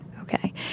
Okay